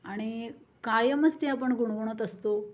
आणि कायमच ते आपण गुणगुणत असतो